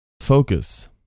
focus